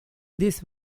these